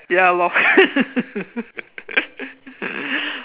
ya lor